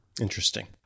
Interesting